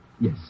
Yes